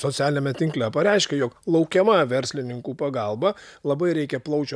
socialiniame tinkle pareiškė jog laukiama verslininkų pagalba labai reikia plaučio